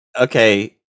Okay